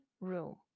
room